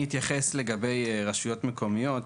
אתייחס לגבי רשויות מקומיות,